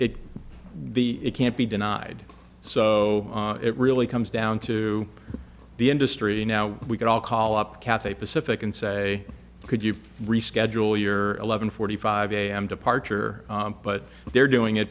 it be it can't be denied so it really comes down to the industry now we can all call up cathay pacific and say could you reschedule your eleven forty five a m departure but they're doing it